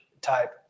type